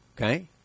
okay